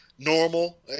Normal